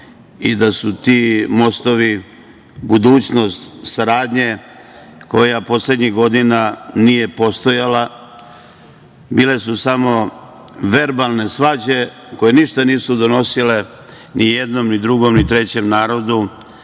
i da su ti mostovi budućnost saradnje koja poslednjih godina nije postojala. Bile su samo verbalne svađe, koje ništa nisu donosile ni jednom ni drugom ni trećem narodu,